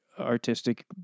artistic